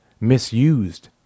misused